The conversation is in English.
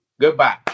Goodbye